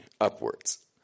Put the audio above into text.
upwards